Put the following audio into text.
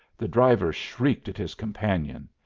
the driver shrieked at his companion.